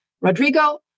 Rodrigo